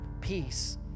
peace